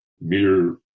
mere